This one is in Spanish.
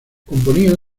componía